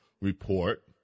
report